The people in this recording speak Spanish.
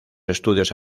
estudios